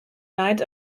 leid